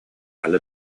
alle